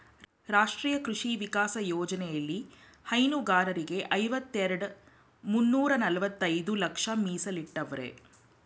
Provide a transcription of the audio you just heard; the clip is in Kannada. ರಾಷ್ಟ್ರೀಯ ಕೃಷಿ ವಿಕಾಸ ಯೋಜ್ನೆಲಿ ಹೈನುಗಾರರಿಗೆ ಐವತ್ತೆರೆಡ್ ಮುನ್ನೂರ್ನಲವತ್ತೈದು ಲಕ್ಷ ಮೀಸಲಿಟ್ಟವ್ರೆ